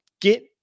get